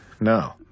No